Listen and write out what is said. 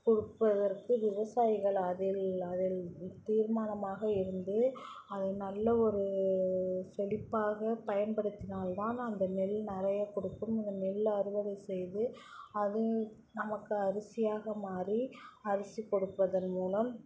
கொடுப்பதற்கு விவசாயிகள் அதில் அதில் தீர்மானமாக இருந்து அதை நல்ல ஒரு செழிப்பாக பயன்படுத்தினால் தான் அந்த நெல் நிறைய கொடுக்கும் இந்த நெல் அறுவடை செய்து அது நமக்கு அரிசியாக மாறி அரிசி கொடுப்பதன் மூலம்